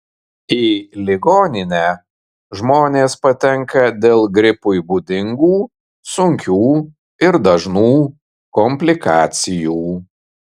į ligoninę žmonės patenka dėl gripui būdingų sunkių ir dažnų komplikacijų